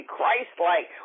Christ-like